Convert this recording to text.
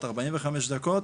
08:45:00,